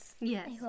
Yes